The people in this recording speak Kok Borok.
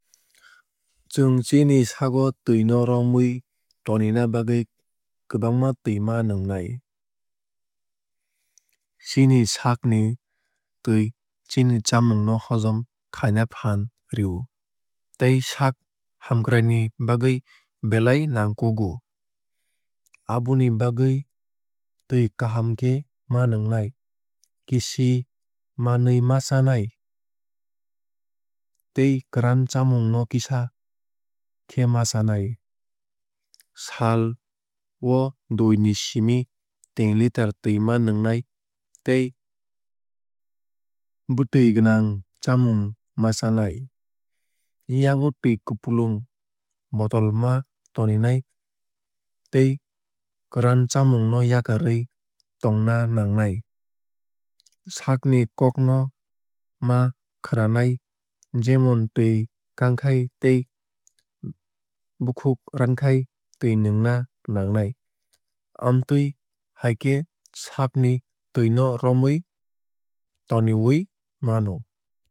Chwng chini sago twui no romwui tonina bagwui kwbang twui ma nwngnai. Chini saakni twui chini chamung no hozom khaina phaan rio tei saak hamkrai ni bagwui belai nangkukgo. Aboni bagwui twui kaham khe ma nwngnai kisi manwui ma chnai tei kwran chamung no kisa khe ma chanai. Sal o dui ni simi teen litre twui ma nwngnai tei bwtwui gwnang chamung ma chanai. Yago twui kupulwng bottle ma toninai tei kwran chamung no yakarwui tongna nangnai. Saakni kokno ma khwnanai jemon twui kangkhai tei bukhuk rankhai twui nwngna nangnai. Amtwui hai khe saak ni twui no romwui tanwui mano.